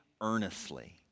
earnestly